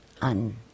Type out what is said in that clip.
on